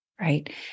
Right